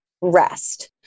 rest